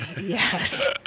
Yes